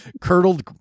Curdled